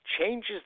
changes